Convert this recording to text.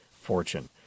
fortune